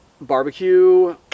Barbecue